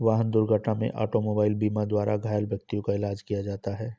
वाहन दुर्घटना में ऑटोमोबाइल बीमा द्वारा घायल व्यक्तियों का इलाज किया जाता है